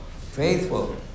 faithful